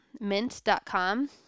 mint.com